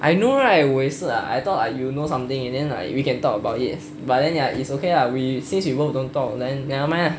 I know right 我也是 lah I thought like you will know something then we can talk about it but then ya it's okay lah since we both don't talk then nevermind lah